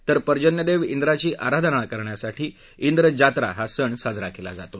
तर पर्जन्यदेव ्विची आराधना करण्यासाठी िंद्र जात्रा हा सण साजरा केला जातो